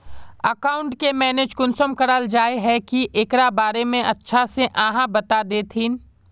Account के manage कुंसम कराल जाय है की एकरा बारे में अच्छा से आहाँ बता देतहिन?